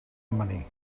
amanir